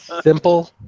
simple